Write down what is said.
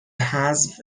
حذف